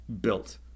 built